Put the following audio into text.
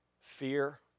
Fear